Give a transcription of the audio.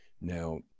Now